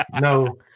no